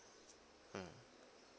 mm